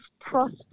prosper